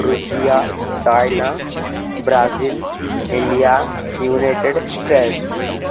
Russia China Brazil India United States